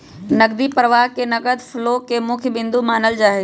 नकदी प्रवाह के नगद फ्लो के मुख्य बिन्दु मानल जाहई